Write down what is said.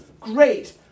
Great